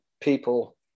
people